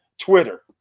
Twitter